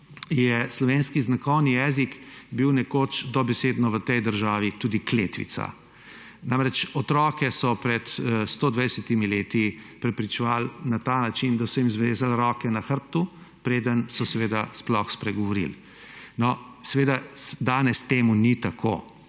je slovenski znakovni jezik bil nekoč dobesedno v tej državi tudi kletvica. Namreč, otrokom so pred 120 leti preprečevali na ta način, da so jim zvezali roke na hrbtu, preden so sploh spregovorili. No, seveda danes temu ni tako.